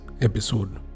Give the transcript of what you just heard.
episode